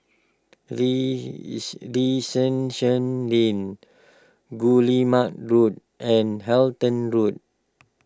Lane Guillemard Road and Halton Road